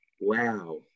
Wow